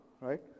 right